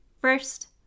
First